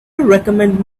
recommend